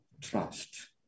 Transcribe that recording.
trust